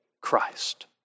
Christ